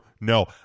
No